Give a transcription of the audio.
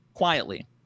quietly